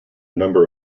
number